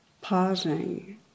pausing